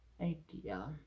idea